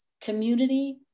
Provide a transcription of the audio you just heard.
community